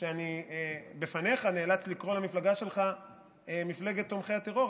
שאני נאלץ לקרוא בפניך למפלגה שלך מפלגת תומכי הטרור,